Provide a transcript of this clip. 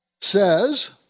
says